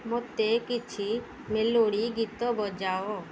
ମୋତେ କିଛି ମେଲୋଡ଼ି ଗୀତ ବଜାଅ